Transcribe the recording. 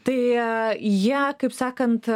tai jie kaip sakant